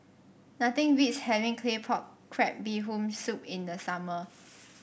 nothing beats having Claypot Crab Bee Hoon Soup in the summer